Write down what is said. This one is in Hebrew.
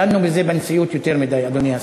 דנו בזה בנשיאות יותר מדי, אדוני השר,